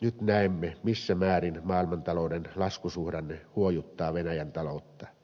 nyt näemme missä määrin maailmantalouden laskusuhdanne huojuttaa venäjän taloutta